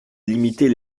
limiter